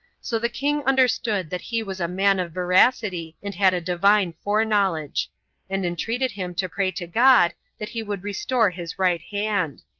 so the king understood that he was a man of veracity, and had a divine foreknowledge and entreated him to pray to god that he would restore his right hand.